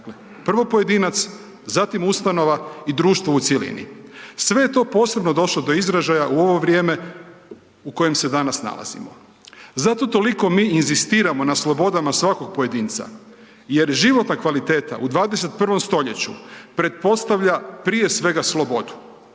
Dakle, prvo pojedinac, zatim ustanova i društvo u cjelini. Sve je to posebno došlo do izražaja u ovo vrijeme u kojem se danas nalazimo. Zato toliko mi inzistiramo toliko na slobodama svakog pojedinca, jer životna kvaliteta u 21. stoljeću pretpostavlja prije svega slobodu.